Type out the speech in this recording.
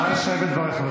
אין משהו אחר.